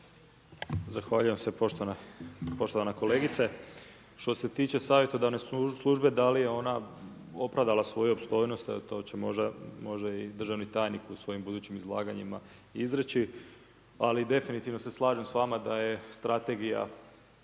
Zahvaljujem se poštovana kolegice, što se tiče savjetodavne službe da li je ona opravdala svoju opstojnost, to će možda i državni tajnik u svojim budućim izlaganjima izreći, ali def. se slažem s vama da j strategija